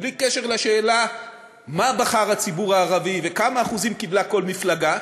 בלי קשר לשאלה מה בחר הציבור הערבי וכמה אחוזים קיבלה כל מפלגה,